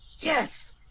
Yes